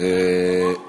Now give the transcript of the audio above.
אפשר לדבר במקומו?